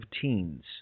Teens –